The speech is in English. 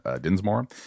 dinsmore